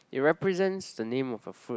it represents the name of a food